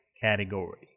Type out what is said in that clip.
category